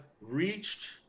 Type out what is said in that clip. reached